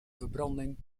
verbranding